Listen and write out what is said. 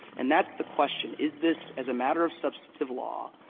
and that's the question. is this, as a matter of substantive law,